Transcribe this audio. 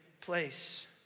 place